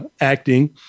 acting